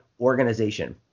Organization